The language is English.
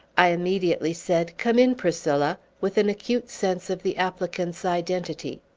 i immediately said, come in, priscilla! with an acute sense of the applicant's identity.